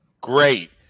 great